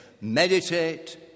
Meditate